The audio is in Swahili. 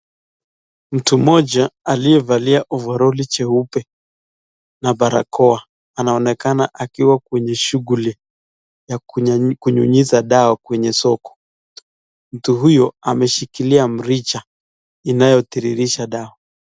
Mtu mmoja aliyevalia ovaroli jeupe, na barakoa anaonekana akiwa kwenye shughuli ya kunyunyiza dawa kwenye soko. Mtu huyu ameshikilia mrija, inayotiririsha dawa.